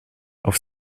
auf